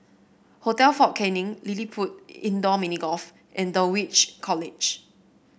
Hotel Fort Canning LilliPutt Indoor Mini Golf and Dulwich College